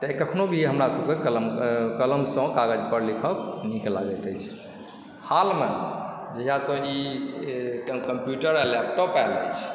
तऽ एखनो भी हमरासभके कलम कलमसँ कागजपर लिखब नीक लागैत अछि हालमे जहियासँ ई कम्प्यूटर आ लैपटॉप आयल अछि